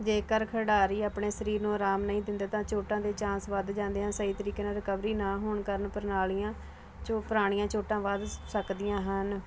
ਜੇਕਰ ਖਿਡਾਰੀ ਆਪਣੇ ਸਰੀਰ ਨੂੰ ਆਰਾਮ ਨਹੀਂ ਦਿੰਦੇ ਤਾਂ ਚੋਟਾਂ ਦੇ ਚਾਂਸ ਵੱਧ ਜਾਂਦੇ ਆ ਸਹੀ ਤਰੀਕੇ ਨਾਲ ਰਿਕਵਰੀ ਨਾ ਹੋਣ ਕਾਰਨ ਪ੍ਰਣਾਲੀਆਂ ਜੋ ਪੁਰਾਣੀਆਂ ਚੋਟਾਂ ਵੱਧ ਸਕਦੀਆਂ ਹਨ